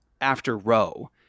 after-Roe